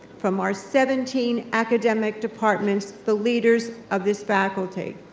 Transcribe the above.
from our seventeen academic departments, the leaders of this faculty.